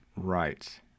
right